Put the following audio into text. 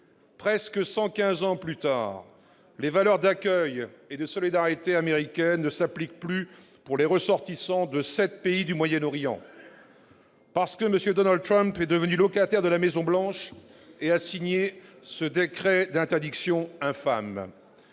Presque 115 ans plus tard, les valeurs d'accueil et de solidarité américaines ne s'appliquent plus pour les ressortissants de sept pays du Moyen-Orient. Parce que M. Donald Trump, devenu locataire de la Maison-Blanche, a signé ce décret d'interdiction infâme,